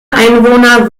einwohner